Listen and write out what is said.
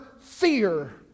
fear